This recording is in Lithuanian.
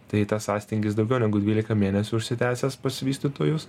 tai tas sąstingis daugiau negu dvylika mėnesių užsitęsęs pas vystytojus